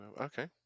okay